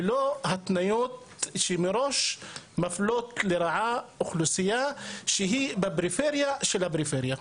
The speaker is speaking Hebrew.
ללא התניות שמראש מפלות לרעה אוכלוסייה שהיא בפריפריה של הפריפריה.